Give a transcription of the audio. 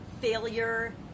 failure